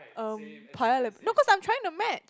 erm Paya-Leb~ no cause I'm tryna match